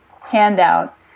handout